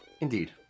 Indeed